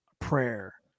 prayer